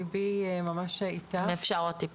ליבי איתך.